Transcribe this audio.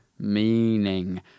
meaning